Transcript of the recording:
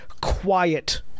quiet